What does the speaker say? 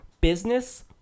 Business